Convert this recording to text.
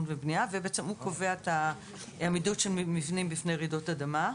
והבנייה והוא קובע את העמידות של מבנים בפני רעידות אדמה.